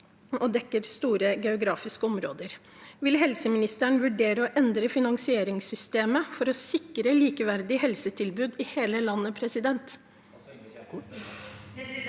man dekker store geografiske områder. Vil helseministeren vurdere å endre finansieringssystemet for å sikre et likeverdig helsetilbud i hele landet?